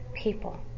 people